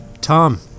Tom